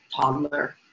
toddler